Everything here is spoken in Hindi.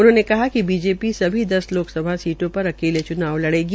उन्होंने कहा कि बीजेपी सभी दस लोकसभा सीटों पर अकेले चुनाव लड़ेगी